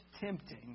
tempting